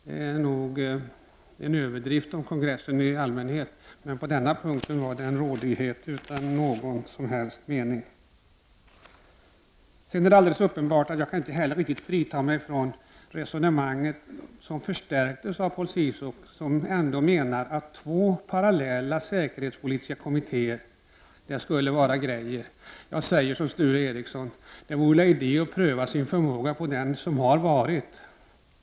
Det är nog en överdrift om kongressen i allmänhet, men på denna punkt var det en rådighet utan någon som helst mening. Sedan kan jag naturligtvis inte heller riktigt frita mig från det resonemang som förstärktes av Paul Ciszuk, som menar att två parallella säkerhetspolitiska kommittéer ändå skulle vara bra. Jag säger som Sture Ericson: Det vore väl idé att pröva sin förmåga på den kommitté som har varit.